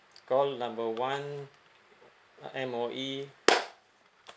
call number ah one M_O_E